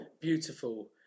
beautiful